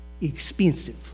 expensive